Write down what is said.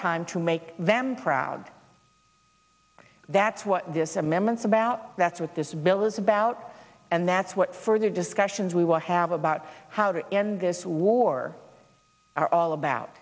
time to make them proud that's what this amendments about that's what this bill is about and that's what further discussions we will have about how to end this war are all about